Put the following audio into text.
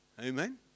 Amen